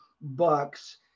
bucks